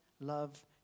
love